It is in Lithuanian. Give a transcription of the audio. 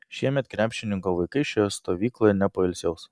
šiemet krepšininko vaikai šioje stovykloje nepoilsiaus